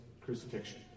crucifixion